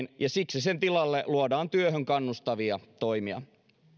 ja siksi sen tilalle luodaan työhön kannustavia toimia